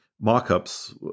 mock-ups